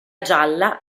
gialla